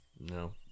no